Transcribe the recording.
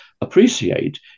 appreciate